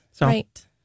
Right